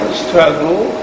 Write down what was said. struggle